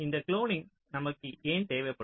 இந்த குளோனிங் நமக்கு ஏன் தேவைப்படும்